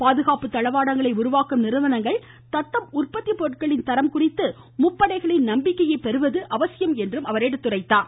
பாதுகாப்பு தளவாடங்களை உருவாக்கும் நிறுவனங்கள் தத்தம் உற்பத்தி பொருட்களின் தரம் குறித்து முப்படைகளின் நம்பிக்கையை பெறுவது முக்கியம் என்று கூறினார்